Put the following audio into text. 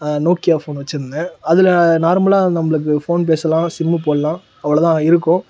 Nokia phone வச்சிருந்தேன் அதில் நார்மலாக நம்மளுக்கு ஃபோன் பேசலாம் சிம்மு போடலாம் அவ்வளோ தான் இருக்கும்